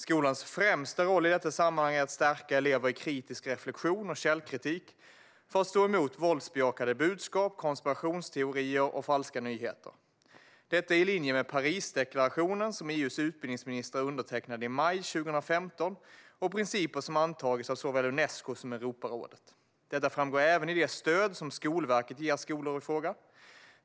Skolans främsta roll i detta sammanhang är att stärka elever i kritisk reflektion och källkritik för att de ska kunna stå emot våldsbejakande budskap, konspirationsteorier och falska nyheter. Detta är i linje med Parisdeklarationen, som EU:s utbildningsministrar undertecknade i maj 2015, och principer som antagits av Unesco och Europarådet. Detta framgår även i det stöd Skolverket ger skolan i frågan.